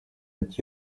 mit